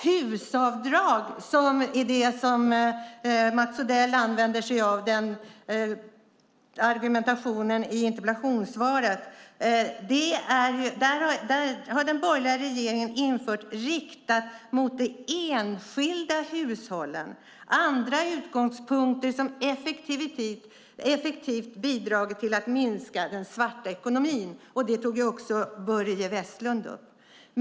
HUS-avdrag, som är den argumentation Mats Odell använder sig av i interpellationssvaret, har införts av den borgerliga regeringen. Det är dock riktat mot de enskilda hushållen, har andra utgångspunkter och har effektivt bidragit till att minska den svarta ekonomin, vilket även Börje Vestlund tog upp.